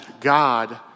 God